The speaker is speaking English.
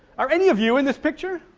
are any of you in this picture?